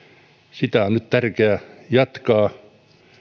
sitä on nyt tärkeää jatkaa